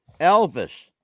Elvis